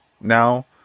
now